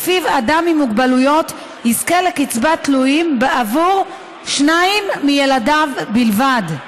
שלפיו אדם עם מוגבלויות יזכה לקצבת תלויים בעבור שניים מילדיו בלבד.